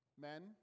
men